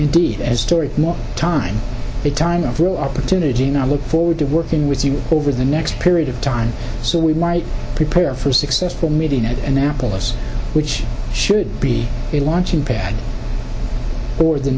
indeed as story more time a time of real opportunity not look forward to working with you over the next period of time so we might prepare for a successful meeting at annapolis which should be a launching pad for the